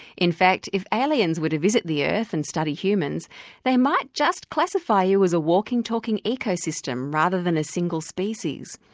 in fact if aliens were to visit the earth and study humans they might just classify you as a walking, talking ecosystem rather than a single species.